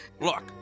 look